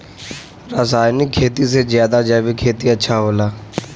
रासायनिक खेती से ज्यादा जैविक खेती अच्छा होला